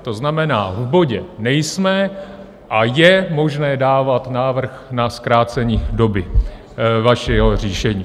To znamená, v bodě nejsme a je možné dávat návrh na zkrácení doby vašeho řešení .